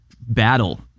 battle